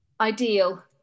ideal